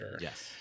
Yes